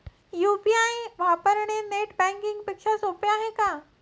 UPI वापरणे net banking पेक्षा सोपे आहे का?